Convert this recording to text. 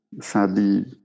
sadly